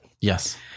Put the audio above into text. Yes